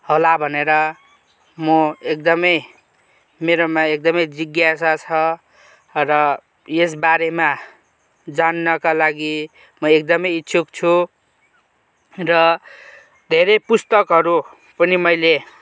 होला भनेर म एकदमै मेरोमा एकदमै जिज्ञासा छ र यस बारेमा जान्नका लगि म एकदमै इच्छुक छु र धेरै पुस्तकहरू पनि मैले